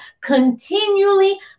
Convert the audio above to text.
continually